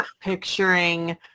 picturing